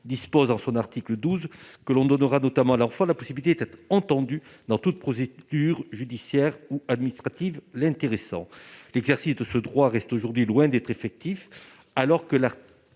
dispose dans son article 12 que l'on donnera notamment à leur fois la possibilité d'être entendu dans toute procédure judiciaire ou administrative l'intéressant l'éclaircie de ce droit reste aujourd'hui loin d'être effectif alors que là, que